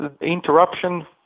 interruption